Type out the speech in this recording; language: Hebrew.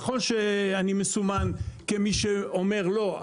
נכון שאני מסומן כמי שאומר לא,